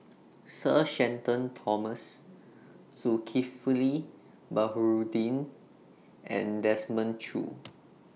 Sir Shenton Thomas Zulkifli Baharudin and Desmond Choo